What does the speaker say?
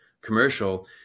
commercial